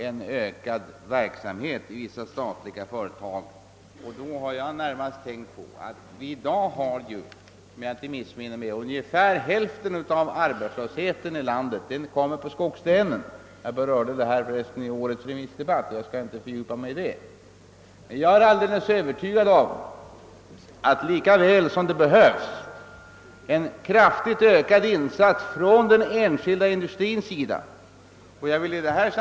En ökad verksamhet i vissa statliga företag skulle därmed underlättas. Ungefär hälften av den arbetslöshet vi har i landet kommer på skogslänen — om jag inte missminner mig. Detta berörde jag i årets remissdebatt och skall nu inte fördjupa mig i saken. Jag är dock alldeles övertygad om att det behövs en kraftigt ökad insats från den en skilda industrins sida.